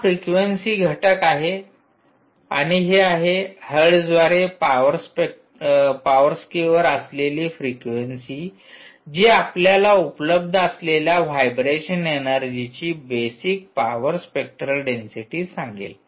हा फ्रिक्वेन्सी घटक आहे आणि हे आहे हर्ट्ज द्वारे पॉवर स्केवर असलेली फ्रीक्वेंसी जी आपल्याला उपलब्ध असलेल्या व्हायब्रेशन एनर्जीची बेसिक पॉवर स्पेक्ट्रल डेंसिटी सांगेल